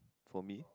for me